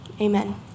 Amen